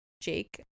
Jake